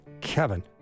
Kevin